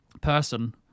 person